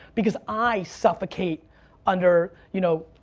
because i suffocate under, you know,